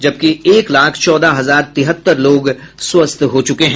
जबकि एक लाख चौदह हजार तिहत्तर लोग स्वस्थ हो चुके हैं